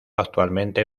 actualmente